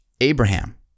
Abraham